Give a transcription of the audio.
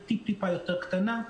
היא טיפ-טיפה יותר קטנה,